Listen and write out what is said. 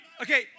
Okay